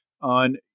on